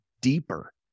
deeper